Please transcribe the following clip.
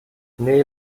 nee